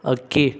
ಅಕ್ಕಿ